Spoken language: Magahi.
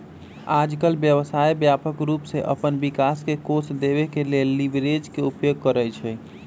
याजकाल व्यवसाय व्यापक रूप से अप्पन विकास के कोष देबे के लेल लिवरेज के उपयोग करइ छइ